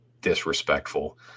disrespectful